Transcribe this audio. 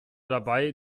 dabei